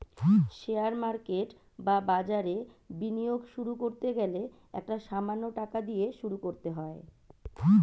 share market বা বাজারে বিনিয়োগ শুরু করতে গেলে একটা সামান্য টাকা দিয়ে শুরু করতে হয়